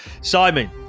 Simon